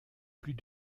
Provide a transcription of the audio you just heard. plus